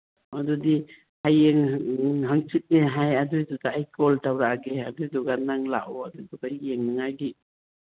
ꯑꯗꯨꯗꯤ ꯍꯌꯦꯡ ꯍꯪꯆꯤꯠꯅꯦ ꯍꯥꯏ ꯑꯗꯨꯗ ꯑꯩ ꯀꯣꯜ ꯇꯧꯔꯛꯑꯒꯦ ꯑꯗꯨꯗꯨꯒ ꯅꯪ ꯂꯥꯛꯑꯣ ꯑꯗꯨꯗꯨꯒ ꯌꯦꯡꯅꯉꯥꯏꯒꯤ